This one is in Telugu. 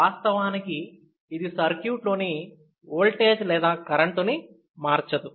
వాస్తవానికి ఇది సర్క్యూట్లోని ఓల్టేజ్ లేదా కరెంట్ని మార్చదు